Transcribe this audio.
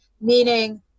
meaning